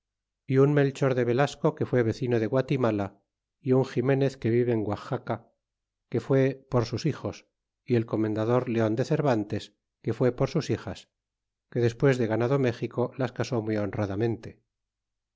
y un melchor de velasco que fue vecino de guatimala y un ximenez que vive en guaxaca que fué por sus hijos y el comendador leon de cervantes que fue por sus hijas que despues de ganado méxico las casó muy honradamente